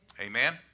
amen